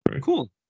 cool